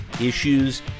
issues